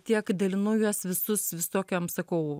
tiek dalinu juos visus vis tokiom sakau